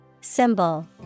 Symbol